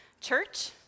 Church